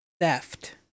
theft